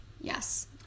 yes